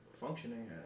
functioning